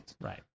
Right